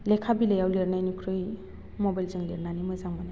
लेखा बिलाइयाव लिरनायनिख्रुइ मबाइलजों लिरनानै मोजां मोनो